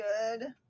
good